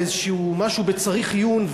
באיזשהו משהו ב"צריך עיון",